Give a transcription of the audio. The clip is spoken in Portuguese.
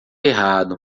errado